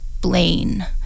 Blaine